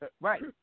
Right